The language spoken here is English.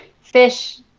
Fish